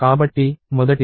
కాబట్టి మొదటిది